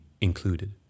included